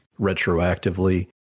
retroactively